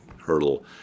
hurdle